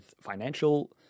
financial